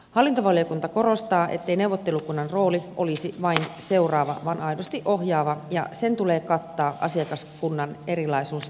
hallintovaliokunta korostaa ettei neuvottelukunnan rooli olisi vain seuraava vaan aidosti ohjaava ja sen tulee kattaa asiakaskunnan erilaisuus